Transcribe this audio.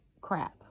crap